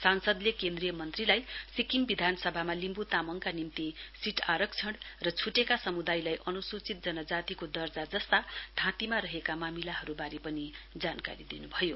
सांसदले केन्द्रीय मन्त्रीलाई सिक्किम विधानसभामा लिम्ब् तामाङका निम्ति सीट आरक्षण र छुटेका समुदायलाई अनुसुचित जनजातिको दर्जा जस्ता थाँतीमा रहेका मामिलाहरूबारे पनि जानकारी दिन्भयो